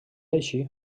així